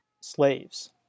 slaves